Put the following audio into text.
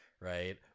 Right